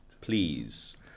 please